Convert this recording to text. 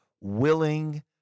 willing